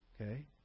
okay